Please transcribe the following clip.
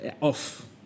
off